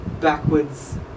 backwards